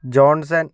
johnson